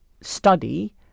study